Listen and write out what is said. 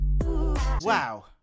wow